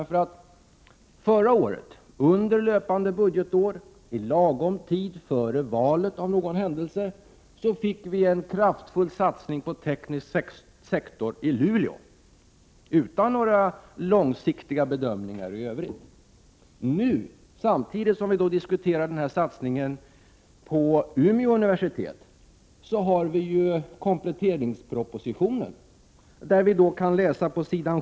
Förra året, under löpande budgetår och av någon händelse i lagom tid före valet, företogs en kraftfull satsning på den tekniska sektorn i Luleå, utan att några långsiktiga bedömningar gjordes. Nu, samtidigt som vi diskuterar satsningen på Umeå universitet, kan vi på s. 7 i kompletteringspropositionens bil.